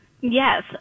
Yes